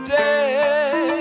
day